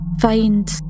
find